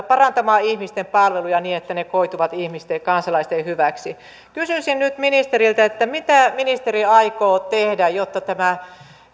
parantamaan ihmisten palveluja niin että ne koituvat ihmisten kansalaisten hyväksi kysyisin nyt ministeriltä mitä ministeri aikoo tehdä jotta tämä